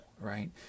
right